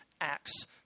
Acts